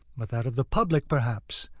but that of the public, perhaps,